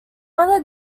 other